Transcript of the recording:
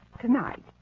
Tonight